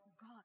God